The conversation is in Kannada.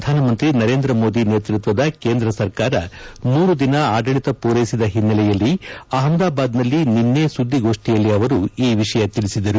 ಪ್ರಧಾನಮಂತ್ರಿ ನರೇಂದ್ರ ಮೋದಿ ನೇತೃತ್ವದ ಕೇಂದ್ರ ಸರ್ಕಾರ ನೂರು ದಿನ ಆದಳಿತ ಪೂರ್ವೆಸಿದ ಹಿನ್ನೆಲೆಯಲ್ಲಿ ಅಹಮದಾಬಾದ್ನಲ್ಲಿ ನಿನ್ನೆ ಸುದ್ದಿಗೋಷ್ಣಿಯಲ್ಲಿ ಅವರು ಈ ವಿಷಯ ತಿಳಿಸಿದ್ದಾರೆ